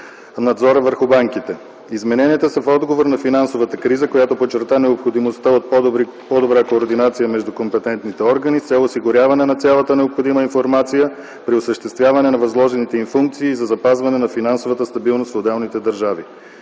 надзор върху банките. Измененията са в отговор на финансовата криза, която подчерта необходимостта от по-добра координация между компетентните органи с цел осигуряване на цялата необходима информация при осъществяване на възложените им функции и за запазване на финансовата стабилност в отделните държави.